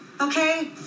okay